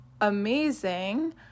amazing